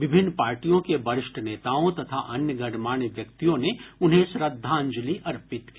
विभिन्न पार्टियों के वरिष्ठ नेताओं तथा अन्य गणमान्य व्यक्तियों ने उन्हें श्रद्धांजलि अर्पित की